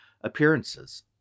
appearances